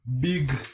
big